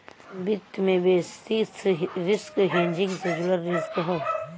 वित्त में basis risk hedging से जुड़ल रिस्क हौ